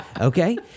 okay